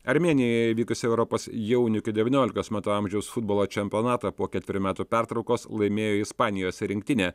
armėnijoje įvykusį europos jaunių iki devyniolikos metų amžiaus futbolo čempionatą po ketverių metų pertraukos laimėjo ispanijos rinktinė